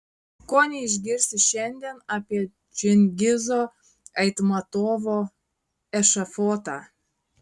ko neišgirsi šiandien apie čingizo aitmatovo ešafotą